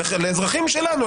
והאזרחים שלנו,